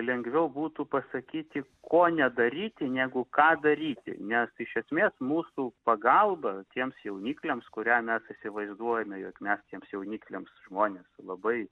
lengviau būtų pasakyti ko nedaryti negu ką daryti nes iš esmės mūsų pagalba tiems jaunikliams kurią mes įsivaizduojame jog mes tiems jaunikliams žmonės labai